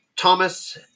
Thomas